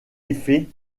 effets